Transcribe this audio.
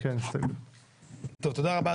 תודה רבה,